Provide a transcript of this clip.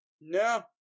No